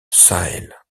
sahel